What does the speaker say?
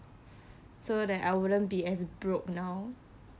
so that I wouldn't be as broke now